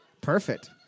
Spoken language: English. Perfect